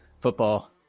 football